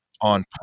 on